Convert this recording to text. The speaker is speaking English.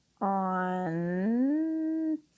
on